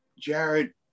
Jared